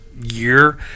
year